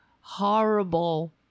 horrible